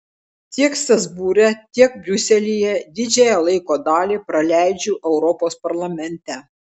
tiek strasbūre tiek briuselyje didžiąją laiko dalį praleidžiu europos parlamente